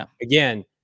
again